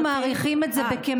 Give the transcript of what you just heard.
אנחנו מעריכים את זה בכ-100,000,